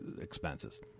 expenses